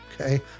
okay